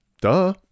duh